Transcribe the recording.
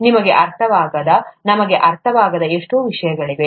ನಿಮಗೆ ಅರ್ಥವಾಗದ ನಮಗೆ ಅರ್ಥವಾಗದ ಎಷ್ಟೋ ವಿಷಯಗಳಿವೆ